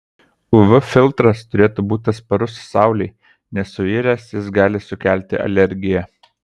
uv filtras turėtų būti atsparus saulei nes suiręs jis gali sukelti alergiją